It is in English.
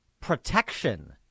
protection